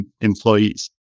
employees